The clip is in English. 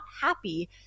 happy